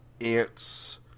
Ant's